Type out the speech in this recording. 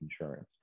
insurance